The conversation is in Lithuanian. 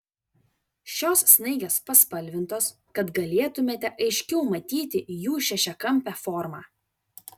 šios snaigės paspalvintos kad galėtumėte aiškiau matyti jų šešiakampę formą